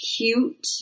cute